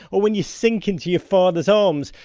or when you sink into your father's arms,